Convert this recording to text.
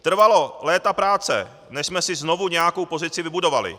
Trvalo léta práce než jsme si znovu nějakou pozici vybudovali.